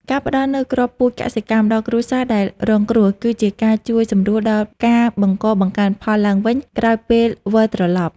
ការផ្តល់នូវគ្រាប់ពូជកសិកម្មដល់គ្រួសារដែលរងគ្រោះ គឺជាការជួយសម្រួលដល់ការបង្កបង្កើនផលឡើងវិញក្រោយពេលវិលត្រឡប់។